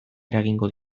eragingo